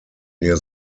near